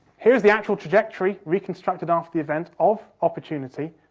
here's the actual trajectory, reconstructed after the event, of opportunity,